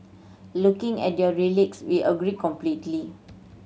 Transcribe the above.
looking at their we agree completely